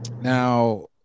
Now